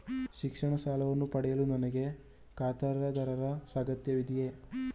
ಶಿಕ್ಷಣ ಸಾಲವನ್ನು ಪಡೆಯಲು ನನಗೆ ಖಾತರಿದಾರರ ಅಗತ್ಯವಿದೆಯೇ?